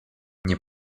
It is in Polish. nie